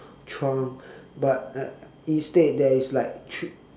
trunk but I I instead there is like tr~